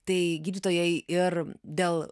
tai gydytojai ir dėl